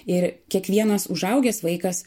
ir kiekvienas užaugęs vaikas